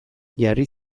jarri